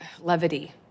levity